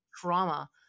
trauma